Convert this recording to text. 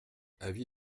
avis